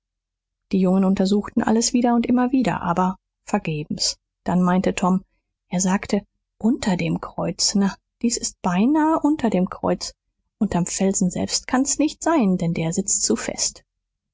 die jungen durchsuchten alles wieder und immer wieder aber vergebens dann meinte tom er sagte unter dem kreuz na dies ist beinahe unter dem kreuz unterm felsen selbst kann's nicht sein denn der sitzt zu fest